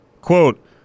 Quote